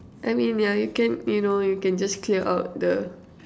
I mean yeah you can you know you can just clear out the